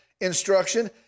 instruction